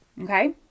Okay